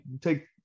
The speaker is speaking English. take